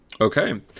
okay